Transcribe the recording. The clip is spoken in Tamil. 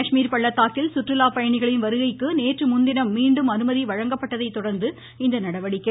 காஷ்மீர் பள்ளத்தாக்கில் சுற்றுலாப் பயணிகளின் வருகைக்கு நேற்று முன்தினம் மீண்டும் அனுமதி வழங்கப்பட்டதைத் தொடர்ந்து இந்நடடிவக்கை